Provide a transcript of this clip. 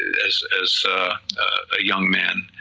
as as a young man,